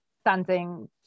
standing